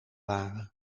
waren